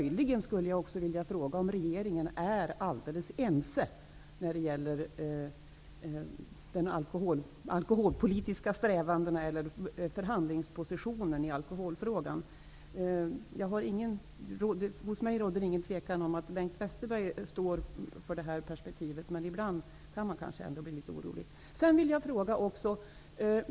Jag skulle möjligen också vilja fråga om regeringen är alldeles ense när det gäller förhandlingspositionen i alkoholfrågan. Det råder hos mig inte någon tvekan om att Bengt Westerberg står för detta perspektiv, men ibland kan man kanske ändå bli litet orolig.